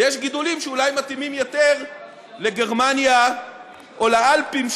ויש גידולים שאולי מתאימים יותר לגרמניה או לאלפים,